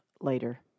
later